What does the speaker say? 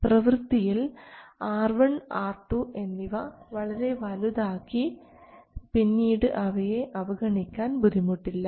പ്രവൃത്തിയിൽ R1 R2 എന്നിവ വളരെ വലുതാക്കി പിന്നീട് അവയെ അവഗണിക്കാൻ ബുദ്ധിമുട്ടില്ല